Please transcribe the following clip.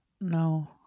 No